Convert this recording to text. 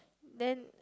then